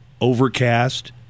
Overcast